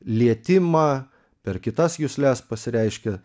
lietimą per kitas jusles pasireiškia